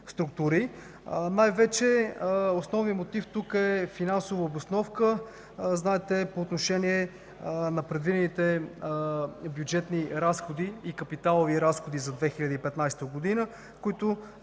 структури. Основният мотив тук е финансова обосновка. По отношение на предвидените бюджетни и капиталови разходи за 2015 г., които